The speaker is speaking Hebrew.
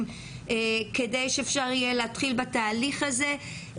כדי שאפשר יהיה להתחיל בתהליך הזה,